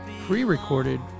pre-recorded